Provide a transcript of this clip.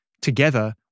together